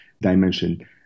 dimension